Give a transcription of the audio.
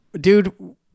dude